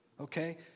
Okay